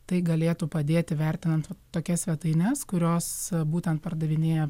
tai galėtų padėti vertinant tokias svetaines kurios būtent pardavinėja